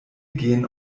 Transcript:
gehen